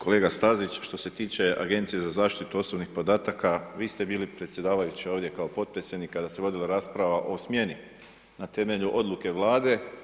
Kolega Stazić, što se tiče agencije za zaštitu osobnih podataka, vi ste bili predsjedavajući ovdje kao potpredsjednik kada se vodila rasprava o smjeni na temelju odluke Vlade.